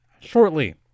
shortly